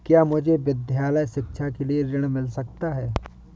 क्या मुझे विद्यालय शिक्षा के लिए ऋण मिल सकता है?